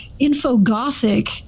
InfoGothic